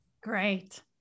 Great